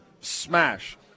smash